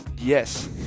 Yes